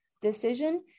decision